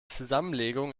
zusammenlegung